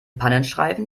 pannenstreifen